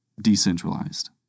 decentralized